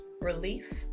relief